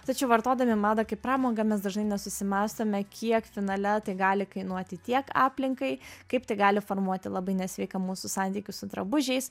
tačiau vartodami madą kaip pramogą mes dažnai nesusimąstome kiek finale tai gali kainuoti tiek aplinkai kaip tai gali formuoti labai nesveiką mūsų santykį su drabužiais